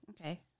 Okay